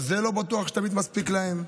וגם זה לא בטוח שתמיד מספיק להן.